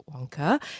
Wonka